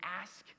ask